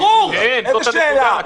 ברור, איזו שאלה.